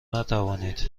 نتوانید